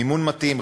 מימון מתאים,